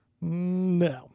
No